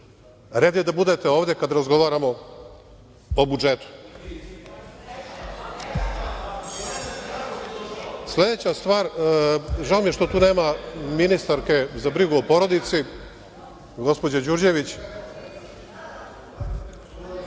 Red je da budete ovde kada razgovaramo o budžetu. Sledeća stvar i žao mi je što tu nema ministarke za brigu o porodicu, gospođe Đurđević…I